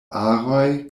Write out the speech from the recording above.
aroj